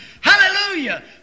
Hallelujah